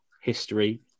history